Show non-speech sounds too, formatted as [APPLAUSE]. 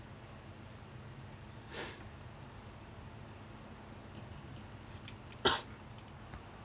[NOISE] [COUGHS]